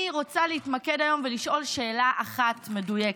אני רוצה להתמקד היום ולשאול שאלה אחת מדויקת: